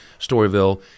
Storyville